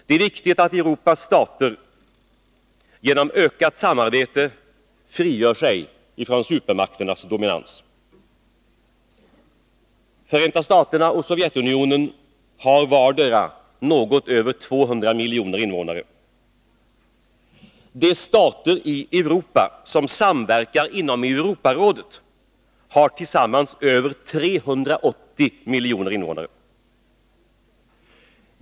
Det är viktigt att Europas stater genom ökat samarbete frigör sig från supermakternas dominans. Förenta staterna och Sovjetunionen har vardera något över 200 miljoner invånare. De stater i Europa som samverkar inom Europarådet har tillsammans över 380 miljoner invånare.